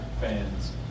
fans